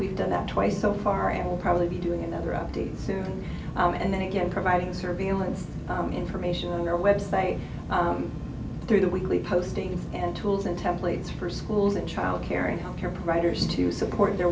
we've done that twice so far and will probably be doing another update soon and then again providing surveillance information on their website through the weekly postings and tools and templates for schools and child care and health care providers to support their